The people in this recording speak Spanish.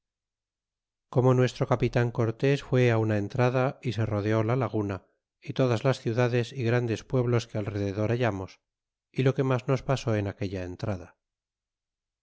como nuestro capitan cortés fue una entrada y se rodeó la laguna y todas las ciudades y grandes pueblos que al rededor hallamos y lo que mas nos pasó en aquella entrada